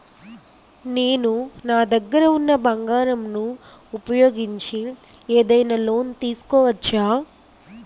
నేను నా దగ్గర ఉన్న బంగారం ను ఉపయోగించి ఏదైనా లోన్ తీసుకోవచ్చా?